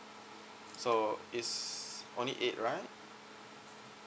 so is only eight right